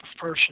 person